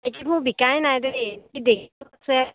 মাইকীবোৰ বিকাই নাই দেই সিহঁতি দেৰিকৈ হৈছে